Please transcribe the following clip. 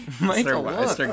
Michael